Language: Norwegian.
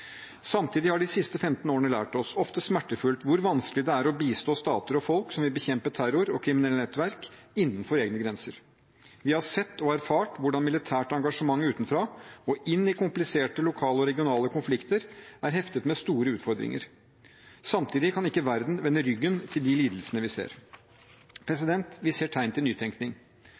Samtidig har de siste 15 årene lært oss – ofte smertefullt – hvor vanskelig det er å bistå stater og folk som vil bekjempe terror og kriminelle nettverk innenfor egne grenser. Vi har sett og erfart hvordan militært engasjement utenfra og inn i kompliserte lokale og regionale konflikter er heftet med store utfordringer. Samtidig kan ikke verden vende ryggen til de lidelsene vi ser. Vi ser tegn til nytenkning.